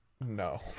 No